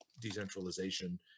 decentralization